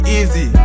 easy